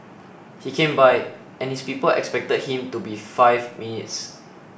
he came by and his people expected him to be five minutes